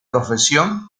profesión